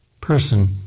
person